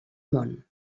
món